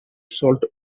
salt